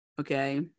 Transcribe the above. okay